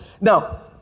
Now